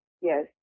Yes